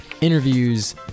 interviews